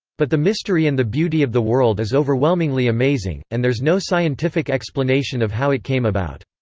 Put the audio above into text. but the mystery and the beauty of the world is overwhelmingly amazing, and there's no scientific explanation of how it came about.